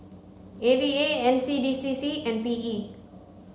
A V A N C D C C and P E